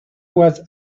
was